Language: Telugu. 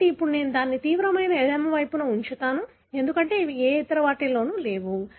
కాబట్టి అప్పుడు నేను దానిని తీవ్రమైన ఎడమ వైపున ఉంచుతాను ఎందుకంటే అవి ఏ ఇతర వాటిలోనూ లేవు